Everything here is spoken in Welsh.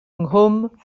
nghwm